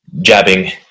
jabbing